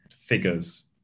figures